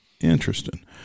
interesting